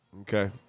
Okay